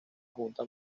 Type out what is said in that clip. junta